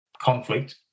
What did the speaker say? conflict